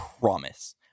promise